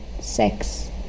Six